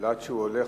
עד שהוא עולה,